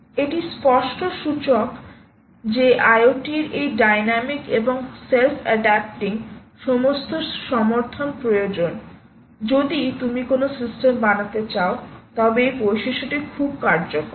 একটি স্পষ্ট সূচক যে IoT র এই ডাইনামিক এবং সেলফ এডাপটিংসমস্ত সমর্থন প্রয়োজন যদি তুমি কোনও সিস্টেম বানাতে চাও তবে এই বৈশিষ্ট্যটি খুব কার্যকর